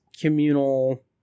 communal